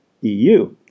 EU